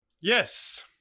Yes